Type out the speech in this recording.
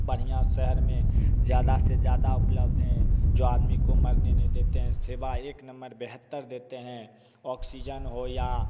बढिया शहर में ज्यादा से ज्यादा उपलब्ध हैं जो आदमी को मरने नहीं देते हैं सेवा एक नंबर बेहतर देते हैं ऑक्सीजन हो या